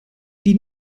die